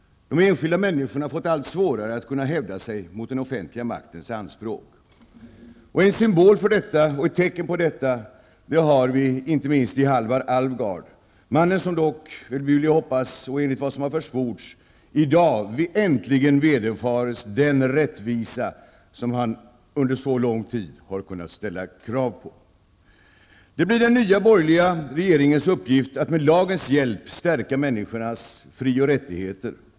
De enskilda människorna har fått allt svårare att kunna hävda sig mot den offentliga maktens anspråk. Ett tecken på detta har vi inte minst i Alvar Alvgard, mannen som dock, får vi hoppas och enligt vad som försports i dag, äntligen kommer att vederfaras den rättvisa som han under så lång tid kunnat ställa krav på. Det blir den nya borgerliga regeringens uppgift att med lagens hjälp stärka människornas fri och rättigheter.